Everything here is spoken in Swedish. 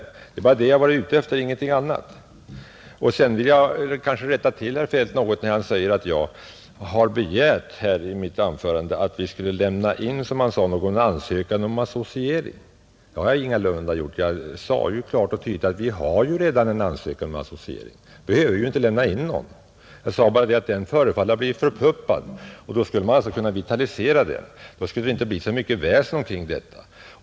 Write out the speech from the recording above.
Det är bara det jag varit ute efter — ingenting annat. Sedan vill jag rätta till herr Feldt något. Han sade att jag i mitt anförande begärde att vi skulle lämna in en ansökan om associering. Det har jag ingalunda gjort. Jag sade klart och tydligt att vi redan har en ansökan om associering, och då behöver vi ju inte lämna in någon. Jag sade bara att den förefaller ha blivit förpuppad och att man borde kunna vitalisera den. Då skulle det inte bli så mycket väsen omkring detta.